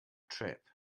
trip